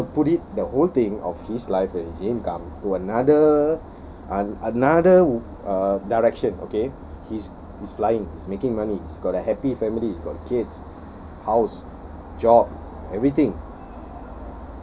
now I'm going to put it the whole thing of his life and his income to another a~ another uh direction okay his his line he's making money he's got a happy family he got kids house job everything